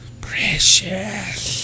Precious